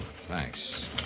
thanks